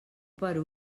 per